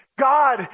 God